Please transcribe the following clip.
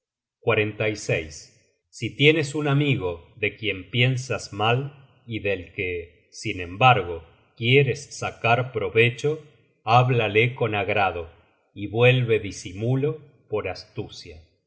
mutuamente y acompáñale con frecuencia si tienes un amigo de quien piensas mal y del que sin embargo quieres sacar provecho háblale con agrado y vuelve disimulo por astucia